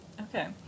Okay